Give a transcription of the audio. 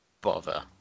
bother